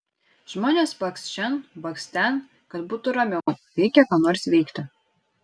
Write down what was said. žmonės bakst šen bakst ten kad būtų ramiau reikia ką nors veikti